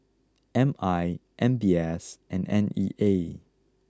M I M B S and N E A